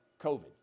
COVID